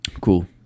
Cool